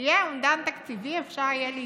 כשיהיה אומדן תקציבי, אפשר יהיה להתווכח.